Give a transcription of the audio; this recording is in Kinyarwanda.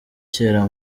cyera